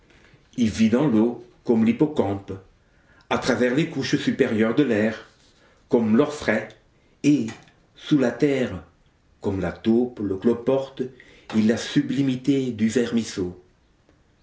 il vit dans l'eau comme l'hippocampe à travers les couches supérieures de l'air comme l'orfraie et sous la terre comme la taupe le cloporte et la sublimité du vermiceau